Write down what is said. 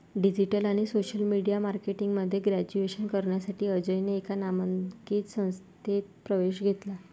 digital आणि social media marketing मध्ये graduation करण्यासाठी अजयने एका नामांकित संस्थेत प्रवेश घेतला